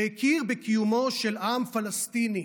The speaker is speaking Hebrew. שהכיר בקיומו של עם פלסטיני,